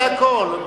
זה הכול.